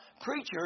preachers